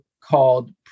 called